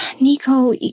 Nico